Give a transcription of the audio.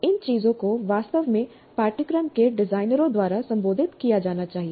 इन चीजों को वास्तव में पाठ्यक्रम के डिजाइनरों द्वारा संबोधित किया जाना चाहिए